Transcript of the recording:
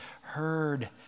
heard